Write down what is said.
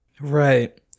Right